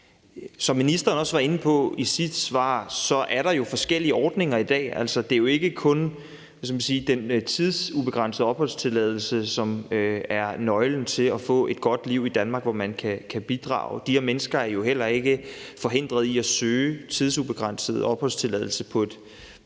Som ministeren også var inde på i sit svar, er der jo forskellige ordninger i dag. Det er jo ikke kun den tidsubegrænsede opholdstilladelse, som er nøglen til at få et godt liv i Danmark, hvor man kan bidrage. De her mennesker er jo heller ikke forhindrede i at søge tidsubegrænset opholdstilladelse på et